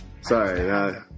Sorry